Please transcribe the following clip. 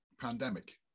pandemic